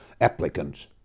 applicants